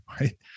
right